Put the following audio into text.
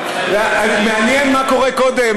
מעניין מה קורה קודם,